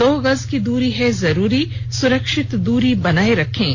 दो गज की दूरी है जरूरी सुरक्षित दूरी बनाए रखें